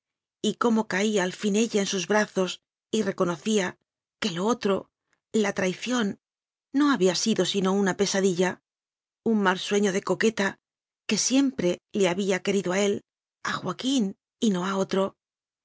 y cómo caía al fin ella en sus brazos y reconocía que lo otro la traición no había sido sino una pesadilla un mal sueño de coqueta que siempre le ha bía querido a él a joaquín y no a otro